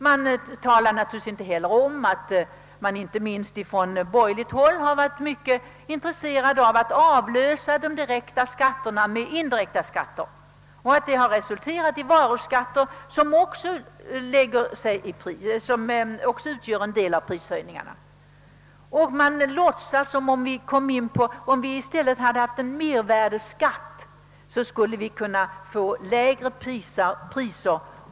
Man omtalade naturligtvis inte heller att man inte minst från borgerligt håll varit intresserad av att avlösa de direkta skatterna med indirekta skatter och att detta har resulterat i varuskatter, som också utgör en del av prishöjningarna. Man låtsades också som om införandet av en mervärdeskatt skulle ha medfört lägre priser.